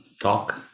talk